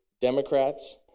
Democrats